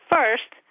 First